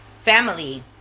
family